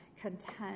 content